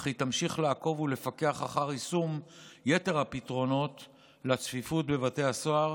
אך היא תמשיך לעקוב ולפקח אחר יישום יתר הפתרונות לצפיפות בבתי הסוהר